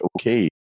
okay